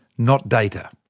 not data.